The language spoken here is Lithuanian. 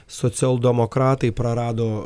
socialdemokratai prarado